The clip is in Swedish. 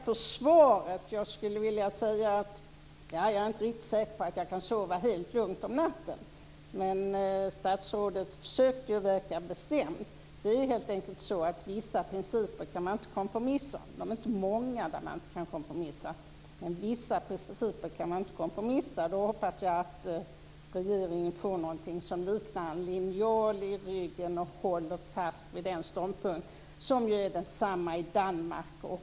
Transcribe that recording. Fru talman! Tack för svaret! Jag är inte riktigt säker på att jag kan sova helt lugnt om natten, men statsrådet försökte ju att verka bestämd. Vissa principer - de är inte många - kan man helt enkelt inte kompromissa om. Jag hoppas att regeringen får någonting som liknar en linjal i ryggen och håller fast vid den ståndpunkt som är densamma i Danmark och